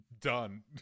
Done